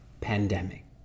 pandemic